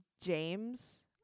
james